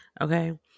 okay